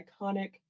iconic